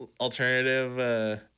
alternative